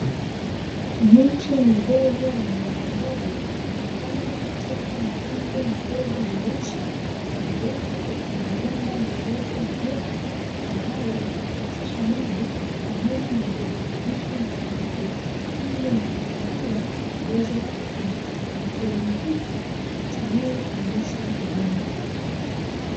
Miche midogo ya mbogamboga, imepandwa katika matundu madogo meusi yaliyopo kwenye mabomba marefu meupe, ambayo yanapitisha maji pamoja na virutubisho mbalimbali ili mimea hiyo iweze kukua. Na kilimo hiki hakitumii kabisa udongo.